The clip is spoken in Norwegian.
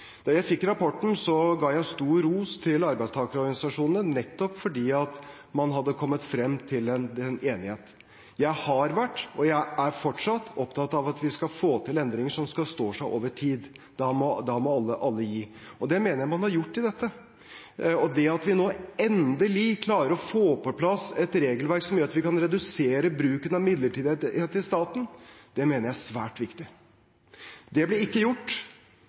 Da jeg fikk rapporten, ga jeg stor ros til arbeidstakerorganisasjonene nettopp fordi man hadde kommet frem til enighet. Jeg har vært, og jeg er fortsatt, opptatt av at vi skal få til endringer som skal stå seg over tid. Da må alle gi. Og det mener jeg man har gjort i dette. Det at vi nå endelig klarer å få på plass et regelverk som gjør at vi kan redusere bruken av midlertidighet i staten, mener jeg er svært viktig. Det ble ikke gjort